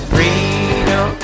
Freedom